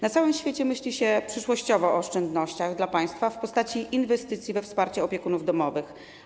Na całym świecie myśli się przyszłościowo o oszczędnościach dla państwa w postaci inwestycji we wsparcie opiekunów domowych.